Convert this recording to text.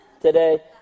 today